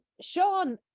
Sean